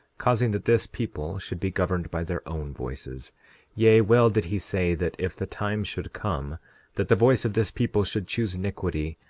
causing that this people should be governed by their own voices yea, well did he say that if the time should come that the voice of this people should choose iniquity,